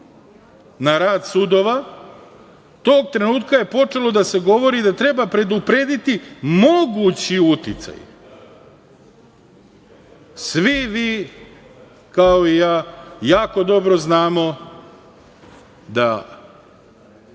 na rad sudova, tog trenutka je počelo da se govori da treba preduprediti mogući uticaj. Svi vi, kao i ja, jako dobro znate da